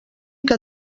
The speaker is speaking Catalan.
que